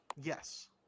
Yes